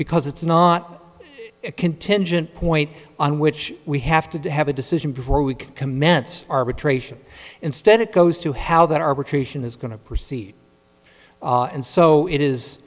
because it's not contingent point on which we have to have a decision before we can commence arbitration instead it goes to how that arbitration is going to proceed and so it is